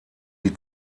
die